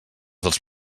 dels